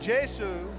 Jesus